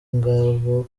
ngabo